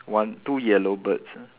one two yellow birds ah